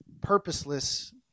purposeless